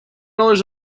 dollars